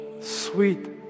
sweet